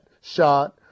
shot